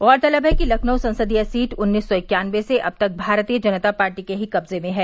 गौरतलब है कि लखनऊ संसदीय सीट उन्नीस सौ इक्यानवे से अब तक भारतीय जनता पार्टी के ही कब्जे में है